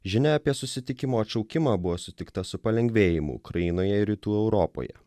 žinia apie susitikimo atšaukimą buvo sutikta su palengvėjimu ukrainoje ir rytų europoje